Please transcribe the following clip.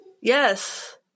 Yes